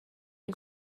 ein